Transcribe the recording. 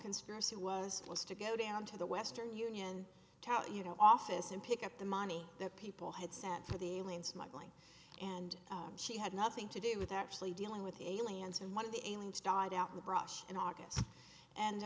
conspiracy was was to go down to the western union tout you know office and pick up the money that people had sent for the alien smuggling and she had nothing to do with actually dealing with aliens and one of the aliens died out in the brush in august and